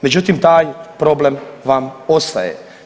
Međutim, taj problem vam ostaje.